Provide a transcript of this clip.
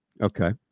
Okay